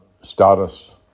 status